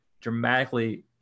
dramatically